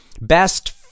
Best